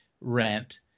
rent